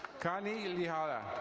connie ilihada.